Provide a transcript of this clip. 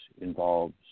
involves